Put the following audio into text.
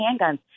handguns